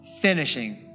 finishing